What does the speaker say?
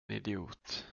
idiot